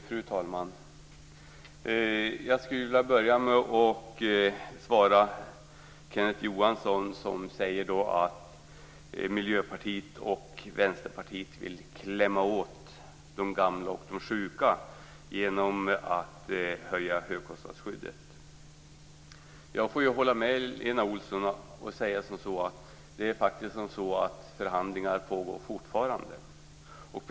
Fru talman! Jag skulle vilja börja med att svara Kenneth Johansson, som säger att Miljöpartiet och Vänsterpartiet vill klämma åt de gamla och de sjuka genom att höja högkostnadsskyddet. Jag får hålla med Lena Olsson och säga att det faktiskt är så att förhandlingar fortfarande pågår.